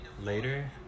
later